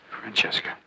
Francesca